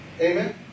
Amen